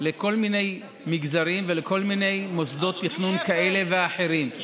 לכל מיני מגזרים ולכל מיני מוסדות תכנון כאלה ואחרים.